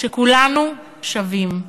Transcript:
שכולנו שווים.